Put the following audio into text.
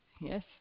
Yes